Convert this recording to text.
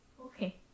Okay